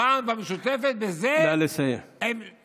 רע"מ והמשותפת בזה הם זהים,